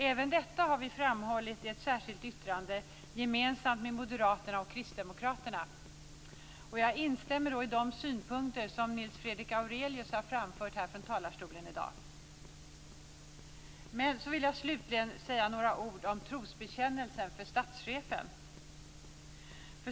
Även detta har vi framhållit i ett särskilt yttrande gemensamt med Moderaterna och Kristdemokraterna. Jag instämmer i de synpunkter som Nils Fredrik Aurelius har framfört från talarstolen i dag. Slutligen vill jag säga några ord om trosbekännelsen för statschefen.